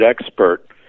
expert